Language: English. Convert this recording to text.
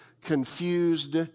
confused